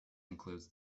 includes